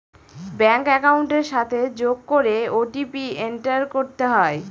bank একাউন্টের সাথে যোগ করে ও.টি.পি এন্টার করতে হয়